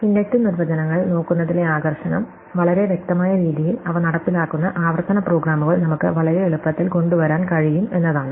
inductive നിർവചനങ്ങൾ നോക്കുന്നതിലെ ആകർഷണം വളരെ വ്യക്തമായ രീതിയിൽ അവ നടപ്പിലാക്കുന്ന ആവർത്തന പ്രോഗ്രാമുകൾ നമുക്ക് വളരെ എളുപ്പത്തിൽ കൊണ്ടുവരാൻ കഴിയും എന്നതാണ്